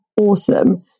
awesome